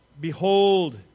Behold